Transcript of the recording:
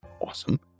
Awesome